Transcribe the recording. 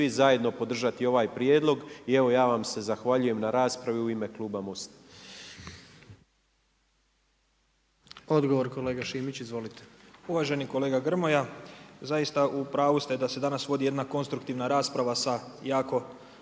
svi zajedno podržati ovaj prijedlog. I evo ja vam se zahvaljujem na raspravi u ime kluba MOST-a.